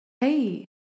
hey